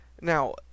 now